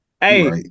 hey